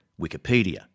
Wikipedia